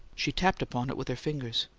she tapped upon it with her fingers.